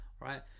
Right